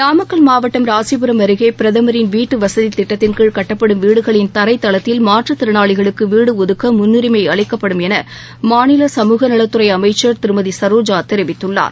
நாமக்கல் மாவட்டம் ராசிபுரம் அருகே பிரதமரின் வீட்டு வசதி திட்டத்தின் கீழ் கட்டப்படும் வீடுகளின் தரைதளத்தில் மாற்றுத் திறனாளிகளுக்கு வீடு ஒதுக்க முன்னுரிமை அளிக்கப்படும் என மாநில சமூகநலத்துறை அமைச்சர் திருமதி சரோஜா தெரிவித்துள்ளார்